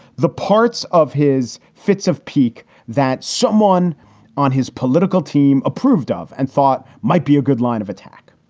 the parts of his fits of pique that someone on his political team approved of and thought might be a good line of attack.